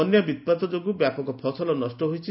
ବନ୍ୟା ବିପାତ ଯୋଗୁଁ ବ୍ୟାପକ ଫସଲ ନଷ୍ଟ ହୋଇଛି